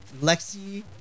lexi